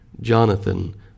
Jonathan